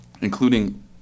including